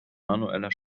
manueller